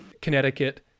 Connecticut